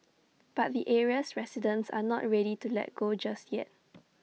but the area's residents are not ready to let go just yet